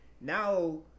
now